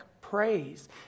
praise